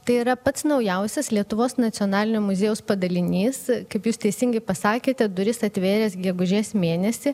tai yra pats naujausias lietuvos nacionalinio muziejaus padalinys kaip jūs teisingai pasakėte duris atvėręs gegužės mėnesį